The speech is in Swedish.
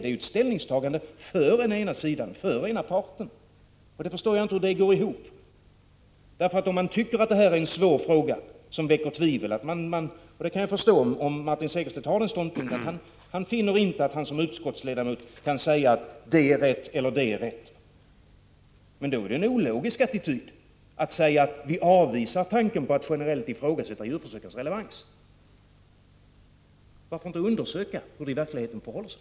Det är ju ett ställningstagande för den ena parten. Jag förstår inte hur det går ihop. Jag kan förstå att Martin Segerstedt finner att han som utskottsledamot inte kan säga att det eller det är riktigt. Men då är det en ologisk attityd att säga att man avvisar tanken på att generellt ifrågasätta djurförsökens relevans. Varför inte undersöka hur det i verkligheten förhåller sig?